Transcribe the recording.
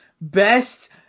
best